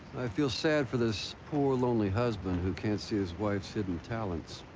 i feel sad for this poor, lonely husband who can't see his wife's hidden talents.